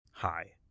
Hi